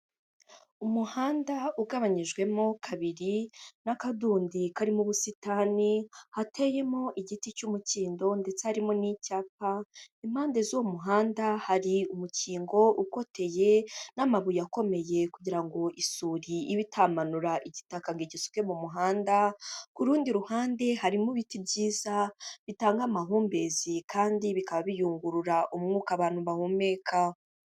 Umuhanda ugabanyijwemo kabiri n'akandi karimo ubusitani hateyemo igiti cy'umukindo ndetse harimo n'icyapa, impande zuwo muhanda hari umukingo ukoteye n'amabuye akomeye kugirango isuri iba itamanura igitaka ngo igisuke mu muhanda, ku rundi ruhande harimo ibiti byiza bitanga amahumbezi kandi bikaba biyungurura umwuka abantu bahumeka.